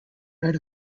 read